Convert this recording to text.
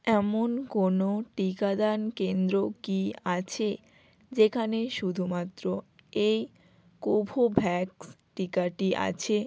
এমন কোনো টিকাদান কেন্দ্র কি আছে যেখানে শুধুমাত্র এই কোভোভ্যাক্স টিকাটি আছে